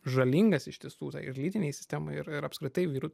žalingas iš tiesų tai ir lytinei sistemai ir ir apskritai vyrų